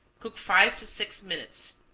cook five to six minutes,